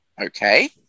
Okay